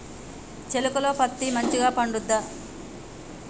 చేలుక లో పత్తి మంచిగా పండుద్దా?